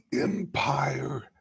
Empire